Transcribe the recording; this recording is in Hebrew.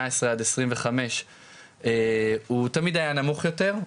עשרה עד עשרים וחמש הוא תמיד היה נמוך יותר,